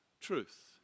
truth